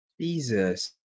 Jesus